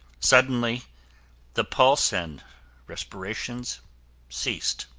suddenly the pulse and respirations ceased.